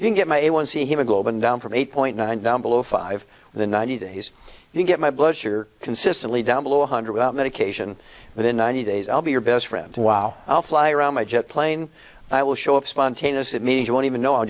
you can get me one see him a globe and down from eight point nine down below five the ninety days to get my blood sugar consistently down below one hundred without medication but in ninety days i'll be your best friend wow i'll fly around my jet plane i will show up spontaneous it means you won't even know